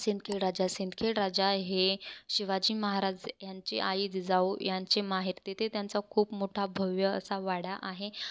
सिंदखेडराजा सिंदखेडराजा हे शिवाजी महाराज यांचे आई जिजाऊ यांचे माहेर तिथे त्यांचा खूप मोठा भव्य असा वाडा आहे